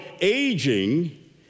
aging